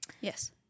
Yes